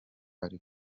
ari